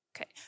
Okay